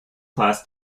class